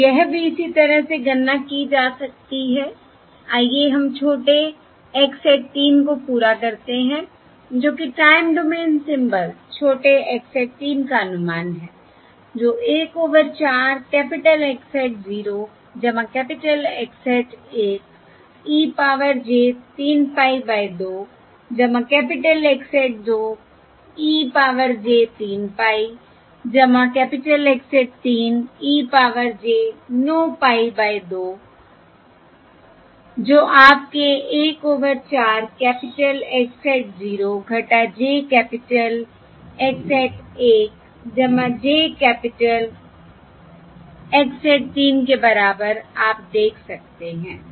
और यह भी इसी तरह से गणना की जा सकती है आइए हम छोटे x hat 3 को पूरा करते हैं जो कि टाइम डोमेन सिम्बल छोटे x hat 3 का अनुमान है जो 1 over 4 capital X hat 0 capital X hat 1 e power j 3 pie by 2 capital X hat 2 e power j 3 pie capital X hat 3 e power j 9 pie by 2 जो आपके 1 over 4 capital X hat 0 j capital X hat 1 j capital X hat 3 के बराबर आप देख सकते हैं